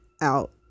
out